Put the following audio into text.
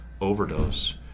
Overdose